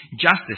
justice